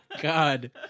God